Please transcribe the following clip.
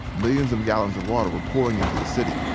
millions of gallons of water were pouring into the city.